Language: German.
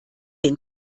den